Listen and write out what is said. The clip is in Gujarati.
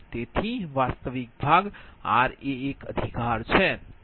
તેથી વાસ્તવિક ભાગ આર અધિકાર છે